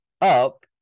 up